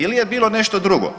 Ili je bilo nešto drugo.